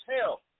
Hell